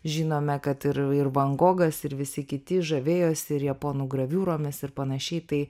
žinome kad ir van gogas ir visi kiti žavėjosi japonų graviūromis ir pan tai